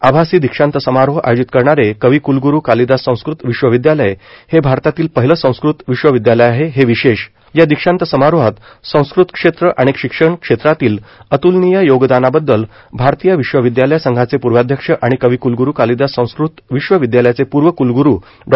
आभासी दीक्षांत समारोह आयोजित करणारे कविकूलगुरू कालिदास संस्कृत विश्वविद्यालय हे भारतातील पहिले संस्कृत विश्वविद्यालय आहे हे विशेष या दीक्षांत समारोहात संस्कृत क्षेत्रा आणि शिक्षणक्षेत्राातील अतुलनीय योगदानाबदुदल भारतीय विश्वविद्यालय संघाचे पूर्वाध्यक्ष आणि कविकूलगुरू कालिदास संस्कृत विश्वविधालयाचे पूर्वकूलगुरू डॉ